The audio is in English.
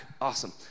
Awesome